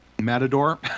matador